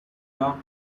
glowed